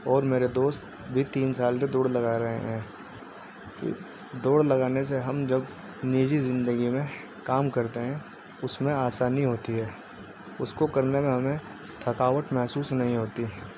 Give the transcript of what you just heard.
اور میرے دوست بھی تین سال سے دوڑ لگا رہے ہیں جو دوڑ لگانے سے ہم جب نجی زندگی میں کام کرتے ہیں اس میں آسانی ہوتی ہے اس کو کرنے میں ہمیں تھکاوٹ محسوس نہیں ہوتی